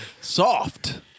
Soft